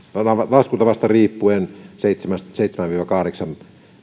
laskutavasta riippuen seitsemän viiva kahdeksan